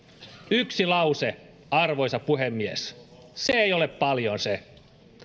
yksi lause arvoisa puhemies se ei ole paljon se